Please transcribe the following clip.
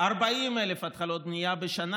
40,000 התחלות בנייה בשנה.